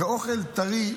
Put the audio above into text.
האוכל טרי,